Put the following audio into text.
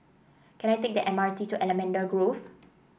can I take the M R T to Allamanda Grove